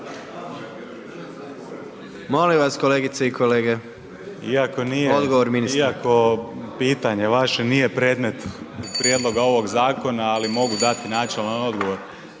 Molim vas kolegice i kolege, odgovor ministra. **Aladrović, Josip** Iako pitanje vaše nije predmet prijedloga ovog zakona, ali mogu dati načelan odgovor.